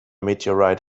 meteorite